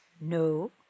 No